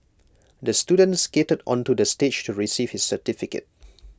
the student skated onto the stage to receive his certificate